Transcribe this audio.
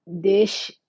Dish